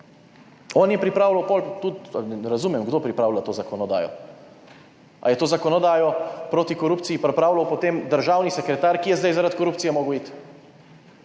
on je pripravljal potem tudi, ne razumem, kdo pripravlja to zakonodajo? Ali je to zakonodajo proti korupciji pripravljal potem državni sekretar, ki je zdaj zaradi korupcije mogel iti?